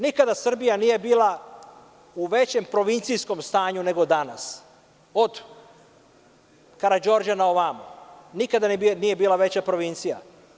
Nikada Srbija nije bila u većem provincijskom stanju nego danas, od Karađorđa na ovamo, nikad nije bila veća provincija.